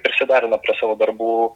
prisiderina prie savo darbų